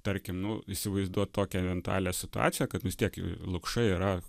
tarkim nu įsivaizduot tokią mentalią situaciją kad vis tiek lukša yra